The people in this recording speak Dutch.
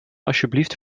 alsjeblieft